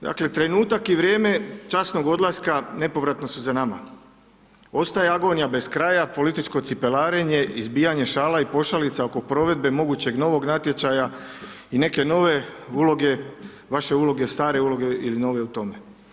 Dakle, trenutak i vrijeme časnog odlaska nepovratno su za nama, ostaje agonija bez kraja, političko cipelarenje i zbijanje šala i pošalica oko provedbe mogućeg novog natječaja i neke nove uloge, vaše uloge stare uloge iz nove u tome.